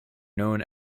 known